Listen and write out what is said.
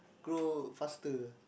grow faster